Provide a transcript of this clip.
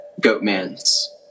Goatman's